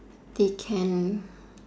they can